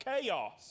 chaos